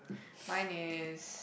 mine is